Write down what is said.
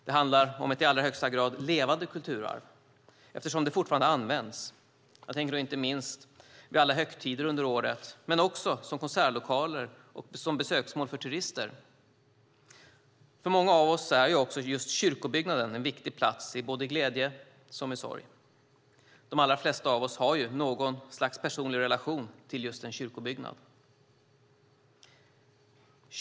Det handlar om ett i allra högsta grad levande kulturarv, eftersom det fortfarande används. Jag tänker då inte minst vid alla högtider under året men också som konsertlokaler och som besöksmål för turister. För många av oss är också kyrkobyggnaden en viktig plats i både glädje och sorg. De allra flesta av oss har ju något slags personlig relation till just en kyrkobyggnad.